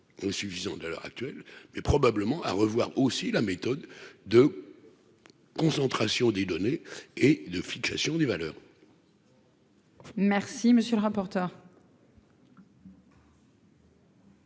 insuffisant de l'heure actuelle, mais probablement à revoir aussi la méthode de concentration des données et de fixation des valeurs. Merci, monsieur le rapporteur.